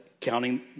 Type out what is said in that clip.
counting